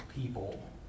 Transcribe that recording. people